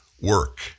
work